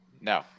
No